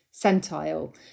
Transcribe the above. centile